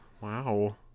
wow